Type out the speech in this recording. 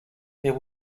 there